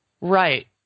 Right